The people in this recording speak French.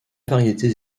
variétés